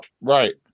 right